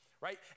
right